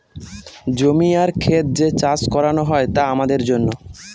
জমি আর খেত যে চাষ করানো হয় তা আমাদের জন্য